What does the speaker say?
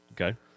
Okay